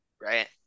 right